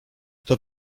kto